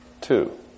two